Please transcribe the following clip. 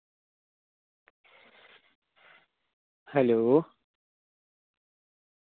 hello